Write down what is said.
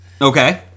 okay